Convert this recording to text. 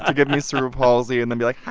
ah give me cerebral palsy and then be like,